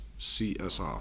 CSR